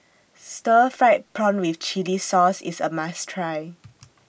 Stir Fried Prawn with Chili Sauce IS A must Try